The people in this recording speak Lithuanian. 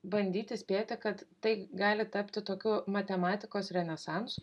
bandyti spėti kad tai gali tapti tokiu matematikos renesansu